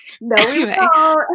No